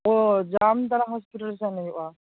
ᱚᱻ ᱡᱟᱢᱛᱟᱲᱟ ᱦᱳᱥᱯᱤᱴᱟᱞ ᱥᱮᱱ ᱦᱩᱭᱩᱜᱼᱟ